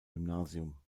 gymnasium